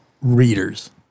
readers